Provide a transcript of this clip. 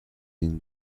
این